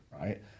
right